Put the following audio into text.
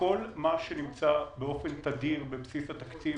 כל מה שנמצא באופן תדיר בבסיס התקציב,